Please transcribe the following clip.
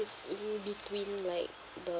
it's in between like the